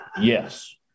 yes